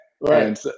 right